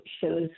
shows